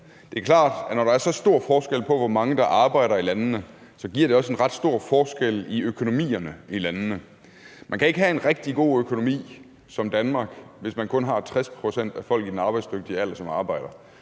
Det er klart, at når der er så stor forskel på, hvor mange der arbejder i landene, så giver det også en ret stor forskel i økonomierne i landene. Man kan ikke have en rigtig god økonomi som Danmark, hvis man kun har 60 pct. af folk i den arbejdsdygtige alder, som arbejder.